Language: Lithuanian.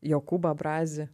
jokūbą brazį